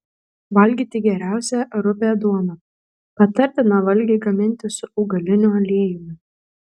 valgyti geriausia rupią duoną patartina valgį gaminti su augaliniu aliejumi